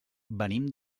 venim